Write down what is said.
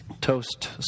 toast